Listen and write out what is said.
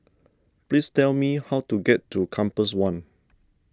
please tell me how to get to Compass one